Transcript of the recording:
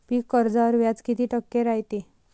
पीक कर्जावर व्याज किती टक्के रायते?